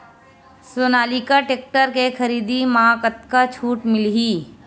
Sonalika tractor के खरीदी मा कतका छूट मीलही?